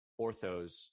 orthos